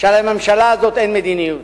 שלממשלה הזאת אין מדיניות.